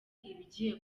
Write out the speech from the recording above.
ibigiye